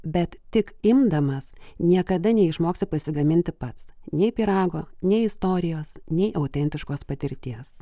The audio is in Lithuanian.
bet tik imdamas niekada neišmoksta pasigaminti pats nei pyrago nei istorijos nei autentiškos patirties